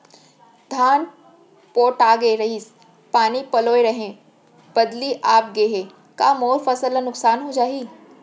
धान पोठागे रहीस, पानी पलोय रहेंव, बदली आप गे हे, का मोर फसल ल नुकसान हो जाही?